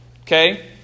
Okay